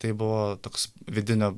tai buvo toks vidinio